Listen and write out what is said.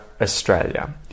Australia